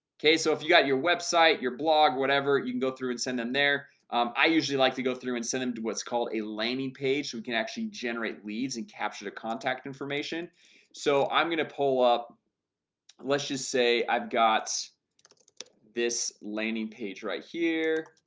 okay, so if you got your website your blog whatever you can go through and send them there i usually like to go through and send them to what's called a landing page so we can actually generate leads and capture the contact information so i'm gonna pull up let's just say i've got this landing page right here